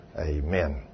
Amen